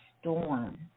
storm